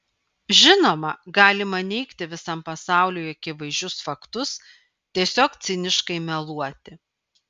žinoma galima neigti visam pasauliui akivaizdžius faktus tiesiog ciniškai meluoti